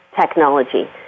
technology